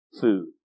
food